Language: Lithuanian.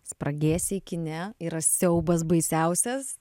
spragėsiai kine yra siaubas baisiausias